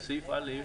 בסעיף א,